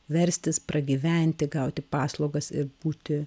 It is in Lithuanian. verstis pragyventi gauti paslaugas ir būti